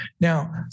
Now